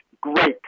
great